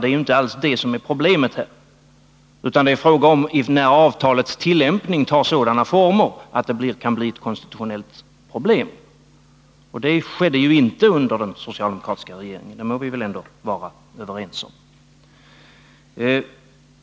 Det är inte alls det som är problemet här, utan det är fråga om när avtalets tillämpning tar sådana former att det kan bli ett konstitutionellt problem. Det skedde inte under den socialdemokratiska regeringen — det måste vi väl ändå vara överens om.